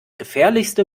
gefährlichste